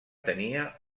tenia